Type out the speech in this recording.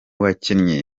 bakinnyi